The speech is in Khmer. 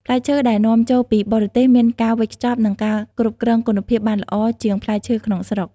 ផ្លែឈើដែលនាំចូលពីបរទេសមានការវេចខ្ចប់ និងការគ្រប់គ្រងគុណភាពបានល្អជាងផ្លែឈើក្នុងស្រុក។